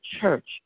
church